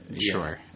Sure